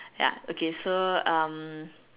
ya okay so um